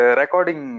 recording